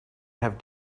have